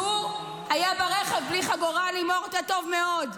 כשהוא היה ברכב בלי חגורה, לימור --- טוב מאוד.